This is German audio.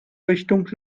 richtung